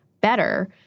better